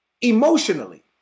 emotionally